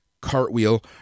Cartwheel